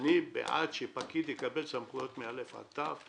אני בעד שפקיד יקבל סמכויות מאל"ף עד תי"ו,